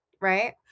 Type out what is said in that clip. right